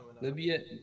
Libya